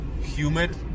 humid